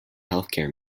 healthcare